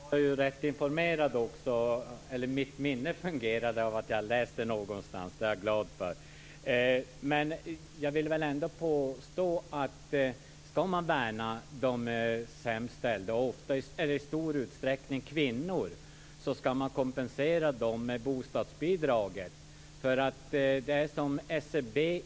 Fru talman! Då var jag rätt informerad. Jag hade läst det någonstans. Mitt minne fungerade, och det är jag glad för. Men jag vill ändå påstå att ska man värna de sämst ställda, och ofta är det i stor utsträckning kvinnor, ska man kompensera dem med bostadsbidraget.